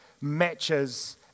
matches